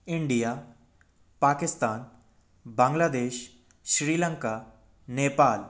India Pakistan Bangladesh Sri Lanka Nepal